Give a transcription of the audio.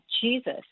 Jesus